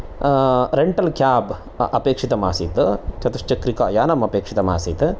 rental cab अपेक्षितम् आसीत् चतुश्चक्रिकायानम् अपेक्षितं आसीत्